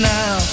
now